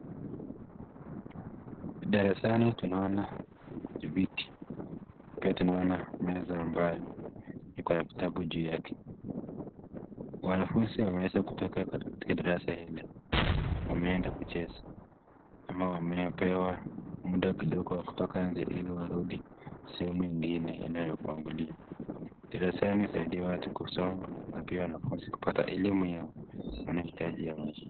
Darasani tunaona viti pia tunaona meza ambayo iko na vitabu juu yake. Wanafunzi wameweza kutoka katika darasa hili wameenda kucheza ama wamepewa muda kidogo wa kutoka nje ili warudi sehemu ingine inayotangulia. Darasani husaidia watu kusoma na pia wanafunzi kupata elimu yao wanahitaji hawa watu.